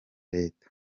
leta